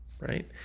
right